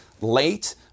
late